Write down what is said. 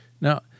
Now